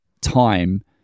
time